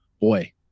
boy